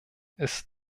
ist